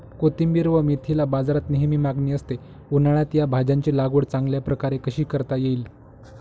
कोथिंबिर व मेथीला बाजारात नेहमी मागणी असते, उन्हाळ्यात या भाज्यांची लागवड चांगल्या प्रकारे कशी करता येईल?